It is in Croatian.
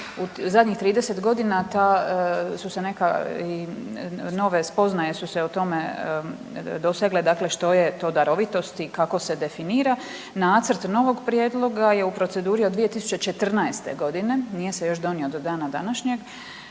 U zadnjih 30 godina ta su se neka i nove spoznaje su se o tome dosegle dakle što je to darovitost i kako se definira. Nacrt novog prijedloga je u proceduri od 2014. godine. Nije se još donio do dana današnjeg.